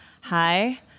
Hi